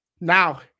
now